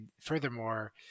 furthermore